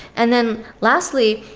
and then lastly,